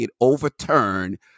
overturned